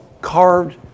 carved